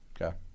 Okay